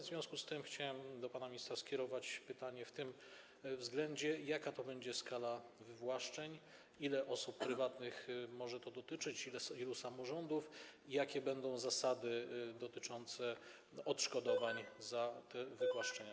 W związku z tym chciałem do pana ministra skierować pytanie w tym względzie: Jaka to będzie skala wywłaszczeń, ilu osób prywatnych może to dotyczyć, ilu samorządów i jakie będą zasady dotyczące odszkodowań za te wywłaszczenia?